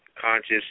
conscious